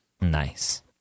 Nice